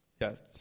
yes